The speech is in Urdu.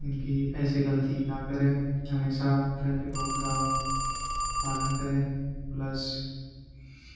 ان کی ایسی غلطی ہی نہ کریں ہمیشہ ٹریفک رول کا پالن کریں پلس